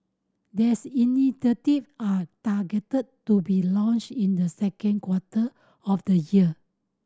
these initiative are targeted to be launched in the second quarter of the year